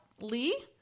Lee